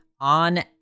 on